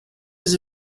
was